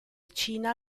china